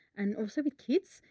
and also with kids,